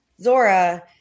Zora